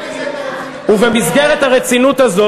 ובמסגרת הרצינות הזאת,